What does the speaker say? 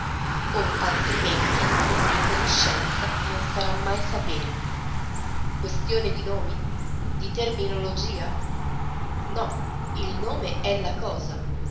o altrimenti ogni conoscenza non sarà mai sapere questione di nomi di terminologia no il nome è la cosa